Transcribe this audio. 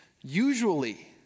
Usually